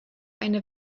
eine